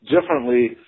differently